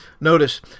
Notice